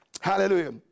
Hallelujah